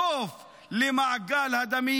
סוף למעגל הדמים.